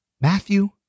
Matthew